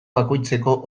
bakoitzeko